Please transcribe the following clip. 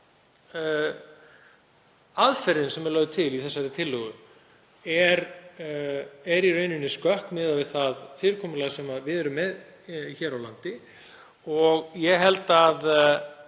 aðferðin sem er lögð til í þessari tillögu er í rauninni skökk miðað við það fyrirkomulag sem við erum með hér á landi. Ég held að